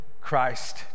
Christ